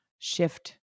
Shift